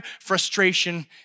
frustration